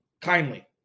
kindly